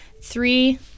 three